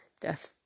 Death